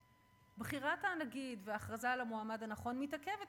שבחירת הנגיד והכרזה על המועמד הנכון מתעכבת